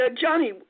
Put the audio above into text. Johnny